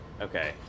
Okay